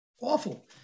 Awful